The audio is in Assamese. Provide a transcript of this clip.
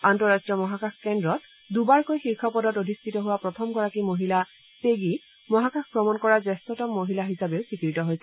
আন্তঃ ৰট্টীয় মহাকাশকেন্দ্ৰত দুবাৰকৈ শীৰ্ষ পদত অধিষ্ঠিত হোৱা প্ৰথমগৰাকী মহিলা পেগী মহাকাশ ভ্ৰমণ কৰা জ্যেষ্ঠতম মহিলা হিচাবে স্বীকৃত হৈছে